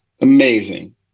Amazing